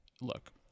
look